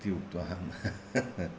इति उक्तवान् अहम्